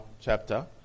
chapter